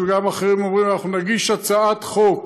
וגם אחרים אומרים: אנחנו נגיש הצעת חוק